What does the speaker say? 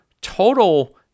total